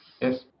Yes